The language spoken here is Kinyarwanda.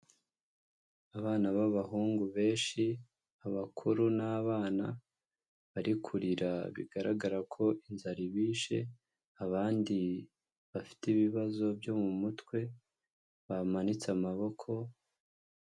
Abana b'abahungu benshi, abakuru n'abana, bari kurira bigaragara ko inzara ibishe, abandi bafite ibibazo byo mu mutwe, bamanitse amaboko